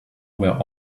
were